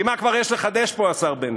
כי מה כבר יש לחדש פה, השר בנט?